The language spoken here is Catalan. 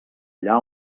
allà